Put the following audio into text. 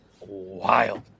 wild